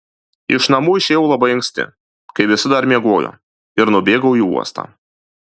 iš namų išėjau labai anksti kai visi dar miegojo ir nubėgau į uostą